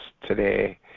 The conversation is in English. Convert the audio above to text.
today